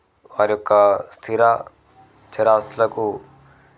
వారి యొక్క స్థిర చరాస్తులకు